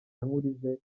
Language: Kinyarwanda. yankurije